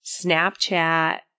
Snapchat